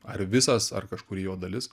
ar visas ar kažkuri jo dalis